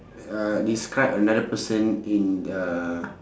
uh describe another person in the